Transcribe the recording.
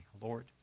Lord